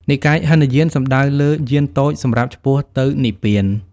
និកាយហីនយាន សំដៅលើយានតូចសម្រាប់ឆ្ពោះទៅនិព្វាន។